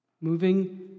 moving